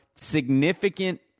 significant